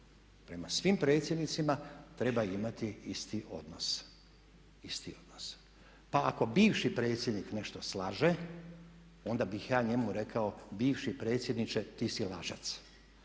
Prema svim predsjednicima treba imati isti odnos, pa ako bivši predsjednik nešto slaže onda bih ja njemu rekao, bivši predsjedniče, ti si lažac.